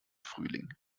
frühling